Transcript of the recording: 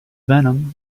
venom